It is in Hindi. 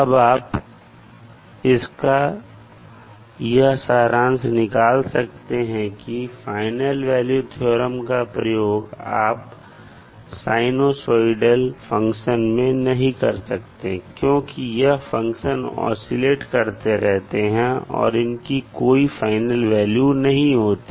अब आप इसका यह सारांश निकाल सकते हैं कि फाइनल वैल्यू थ्योरम का प्रयोग आप साइनोंसाइडल फंक्शन में नहीं कर सकते क्योंकि यह फंक्शन आशीलेट करते रहते हैं और इनकी कोई फाइनल वैल्यू नहीं होती